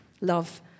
Love